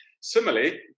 Similarly